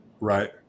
Right